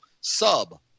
sub